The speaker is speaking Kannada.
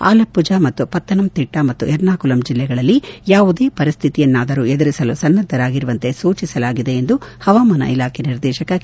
ಅಲಪ್ಪುಜ ಮತ್ತು ಪತ್ತನಮ್ ತಿಟ್ಟ ಮತ್ತು ಎರ್ನಾಕುಲಂ ಜಿಲ್ಲೆಗಳಲ್ಲಿ ಯಾವುದೇ ಪರಿಸ್ತಿತಿಯನ್ನಾದರೂ ಎದುರಿಸಲು ಸನ್ನದ್ದರಾಗಿರುವಂತೆ ಸೂಚಿಸಲಾಗಿದೆ ಎಂದು ಹವಾಮಾನ ಇಲಾಖೆ ನಿರ್ದೇಶಕ ಕೆ